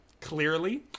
clearly